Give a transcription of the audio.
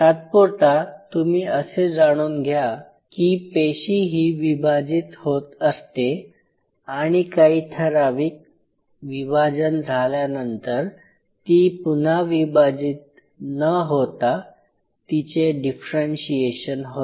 तात्पुरता तुम्ही असे जाणून घ्या की पेशी ही विभाजित होत असते आणि काही ठराविक विभाजन झाल्यानंतर ती पुनः विभाजित न होता तिचे डिफरेंशीएशन होते